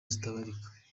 zitabarika